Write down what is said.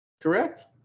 Correct